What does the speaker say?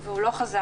והוא לא חזר,